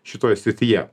šitoj srityje